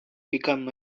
become